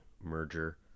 merger